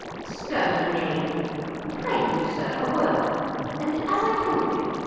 scurvy knave pray you, sir, a word and, as i told you,